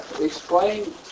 Explain